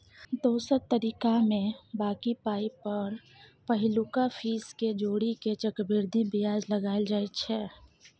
दोसर तरीकामे बॉकी पाइ पर पहिलुका फीस केँ जोड़ि केँ चक्रबृद्धि बियाज लगाएल जाइ छै